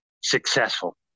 successful